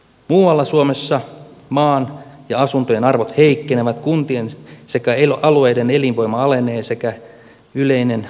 muualla suomessa maan ja asuntojen arvot heikkenevät kuntien sekä alueiden elinvoima alenee sekä yleinen apatia valtaa alaa